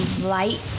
light